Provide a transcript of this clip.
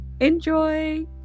enjoy